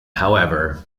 however